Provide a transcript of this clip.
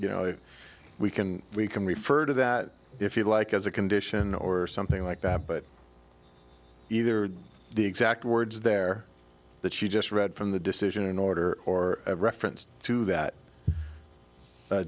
you know we can we can refer to that if you like as a condition or something like that but either the exact words there that you just read from the decision an order or a reference to that